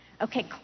Okay